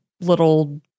little